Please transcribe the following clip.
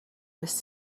was